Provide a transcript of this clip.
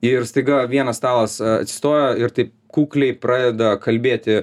ir staiga vienas stalas atstoja ir taip kukliai pradeda kalbėti